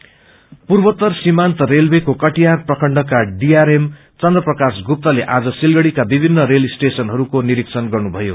railway पूवोत्तर सीमान्त रेलवेको कटिहार प्रखण्डका डिआरएम चन्त्रप्रकाश गुत्ताले आज सिलगढ़ीका विभिन्न रेल स्टेशनहरूको निरीक्षण गर्नुभयो